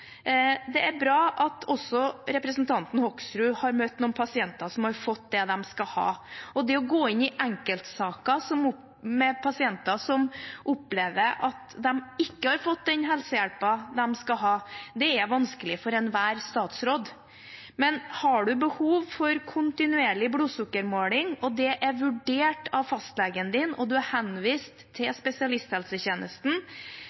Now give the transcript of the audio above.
Det er bra at også representanten Hoksrud har møtt noen pasienter som har fått det de skal ha. Det å gå inn i enkeltsaker til pasienter som opplever at de ikke har fått den helsehjelpen de skal ha, er vanskelig for enhver statsråd. Men har man behov for kontinuerlig blodsukkermåling, og det er vurdert av fastlegen, og man er henvist